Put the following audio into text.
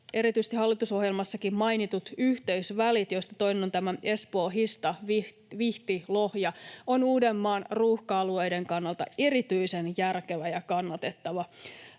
erityisesti hallitusohjelmassakin mainitut yhteysvälit, joista toinen on tämä Espoo—Hista—Vihti—Lohja, ovat Uudenmaan ruuhka-alueiden kannalta erityisen järkevä ja kannatettava